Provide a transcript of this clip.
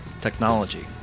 technology